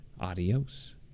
Adios